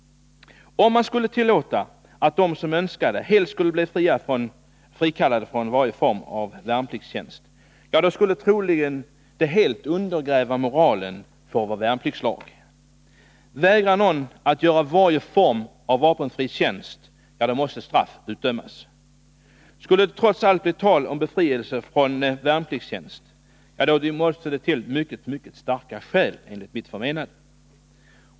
Om man skulle tillåta att de som önskar det helt skulle bli frikallade från varje form av värnpliktstjänst, skulle det troligen helt undergräva efterlevnaden av vår värnpliktslag. Vägrar någon att göra varje form av vapenfri tjänst, måste straff utdömas. Enligt mitt förmenande måste det, om det trots allt måste bli tal om befrielse från värnpliktstjänst, föreligga mycket starka skäl härför.